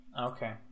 Okay